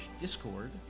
...discord